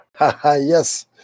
Yes